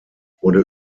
wurde